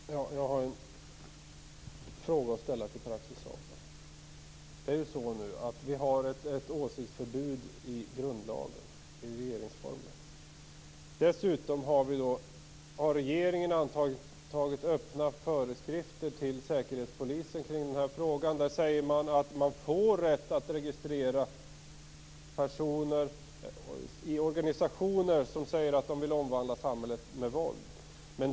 Herr talman! Jag har en fråga att ställa till Pär Axel Sahlberg. Vi har ett åsiktsregistreringsförbud i grundlagen - i regeringsformen. Dessutom har regeringen antagit öppna föreskrifter till Säkerhetspolisen i frågan. Där framgår det att det finns en rätt att registrera personer som är medlemmar i organisationer som vill omvandla samhället med våld.